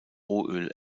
rohöl